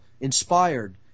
inspired